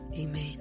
Amen